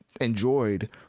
enjoyed